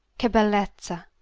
che bellezza!